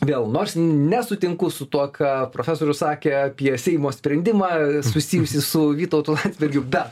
vėl nors nesutinku su tuo ką profesorius sakė apie seimo sprendimą susijusį su vytautu landsbergiu bet